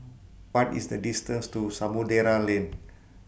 What IS The distance to Samudera Lane